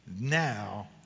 Now